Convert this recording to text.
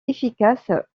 efficace